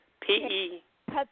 P-E